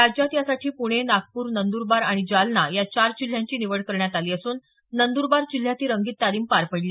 राज्यात यासाठी प्णे नागपूर नंदरबार आणि जालना या चार जिल्ह्यांची निवड करण्यात आली असून नंदुरबार जिल्ह्यात ही रंगीत तालीम पार पडली